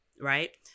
right